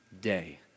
day